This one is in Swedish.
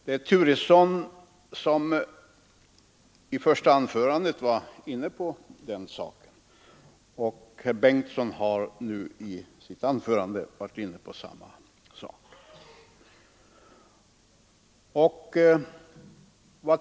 Herr Turesson, som höll dagens första anförande, berörde detta och herr förste vice talmannen Bengtson var inne på samma sak.